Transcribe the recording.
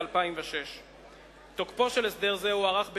2006. תוקפו של הסדר זה הוארך בשנה,